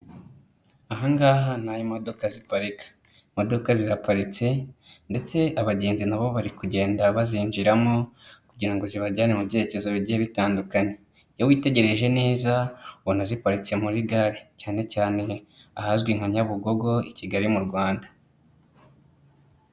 Aha ngaha ni aho imodoka ziparika, imodoka ziraparitse ndetse abagenzi na bo bari kugenda bazinjiramo kugira ngo zibajyane mu byerekezo bigiye bitandukanye, iyo witegereje neza ubona ziparitse muri gare cyane cyane ahazwi nka Nyabugogo i Kigali mu Rwanda.